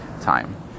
time